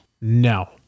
No